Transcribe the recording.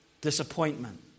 disappointment